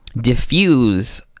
diffuse